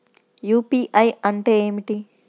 UPI అంటే ఏమిటి?